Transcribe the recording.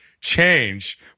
change